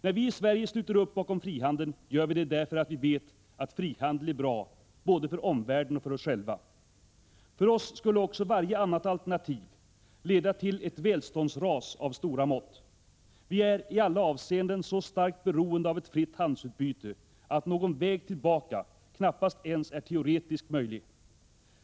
När vi i Sverige sluter upp bakom frihandeln gör vi det därför att vi vet att frihandel är bra både för omvärlden och för oss själva. För oss skulle också varje annat alternativ leda till ett välståndsras av stora mått. Vi är i alla avseenden så starkt beroende av ett fritt handelsutbyte att någon väg tillbaka knappast är ens teoretiskt möjlig.